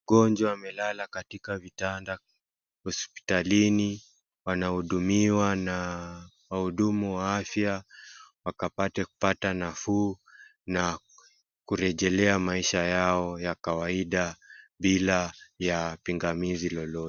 Wagonjwa wamelala katika vitanda hospitalini, wanahudumiwa na wahudumu wa afya, wakapate kupata nafuu, na kurejelea maisha yao ya kawaida, bila ya pingamizi lolote.